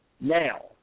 Now